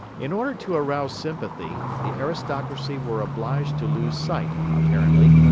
in order to arouse sympathy, the aristocracy were obliged to lose sight, apparently,